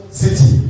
city